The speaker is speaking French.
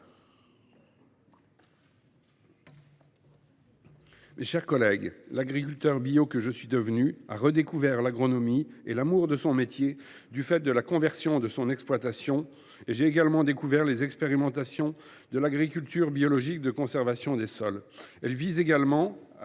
Mes chers collègues, l’agriculteur bio que je suis devenu a redécouvert l’agronomie et l’amour de son métier avec la conversion de son exploitation. J’ai aussi découvert les expérimentations de l’agriculture biologique de conservation des sols. Celle ci vise également à